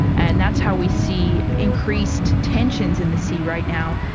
and that's how we see increased tensions in the sea right now,